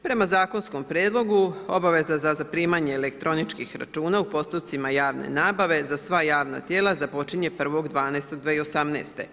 Prema zakonskom prijedlogu, obaveza za zaprimanje elektroničkih računa u postupcima javne nabave za sva javna tijela započinje 1. 12. 2018.